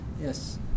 Yes